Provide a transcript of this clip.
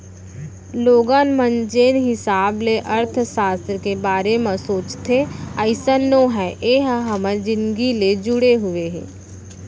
लोगन मन जेन हिसाब ले अर्थसास्त्र के बारे म सोचथे अइसन नो हय ए ह हमर जिनगी ले जुड़े हुए हे